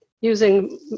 using